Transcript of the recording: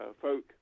folk